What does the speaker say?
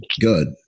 good